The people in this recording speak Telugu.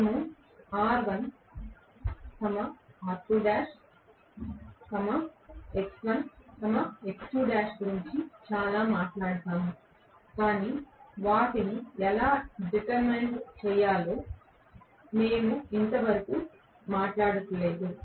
మేము R1 R2l X1 X2l గురించి చాలా మాట్లాడతాము కాని వాటిని ఎలా డిటర్మెంట్ చేయాలో మేము ఇంతవరకు మాట్లాడలేదు